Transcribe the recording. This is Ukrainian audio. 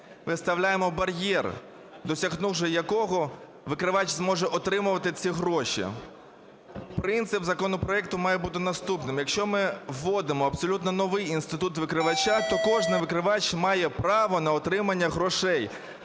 виставляємо бар'єр, досягнувши якого викривач зможе отримувати ці гроші. Принцип законопроекту має бути наступним. Якщо ми вводимо абсолютно новий інститут викривача, то кожен викривач має право на отримання грошей.